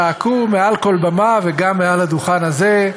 זעקו מעל כל במה, וגם מעל הדוכן הזה,